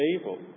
evil